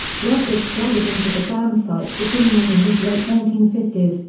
workers flooded into the dam site beginning in the mid-late nineteen fifty s,